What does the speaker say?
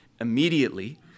Immediately